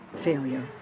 failure